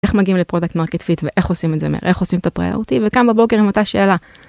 איך מגיעים לפרודקט מרקט פיט ואיך עושים את זה מהר איך עושים את הפריארוטי וקם בבוקר עם אותה שאלה.